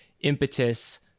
impetus